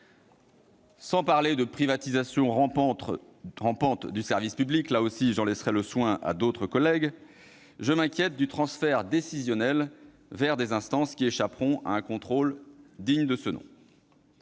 Sans parler de privatisation rampante du service public- j'en laisserai le soin à d'autres -, je m'inquiète du transfert décisionnel vers des instances qui échapperont à un contrôle digne de ce nom.